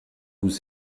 vous